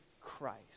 Christ